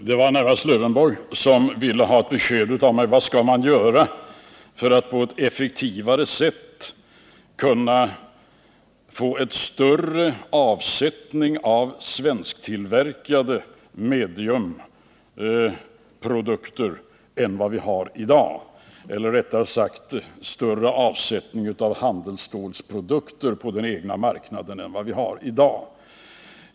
Herr talman! Alf Lövenborg ville ha ett besked av mig om vad man skall göra för att få en större avsättning på den svenska marknaden av svensktillverkade handelsstålprodukter än vad vi har i dag.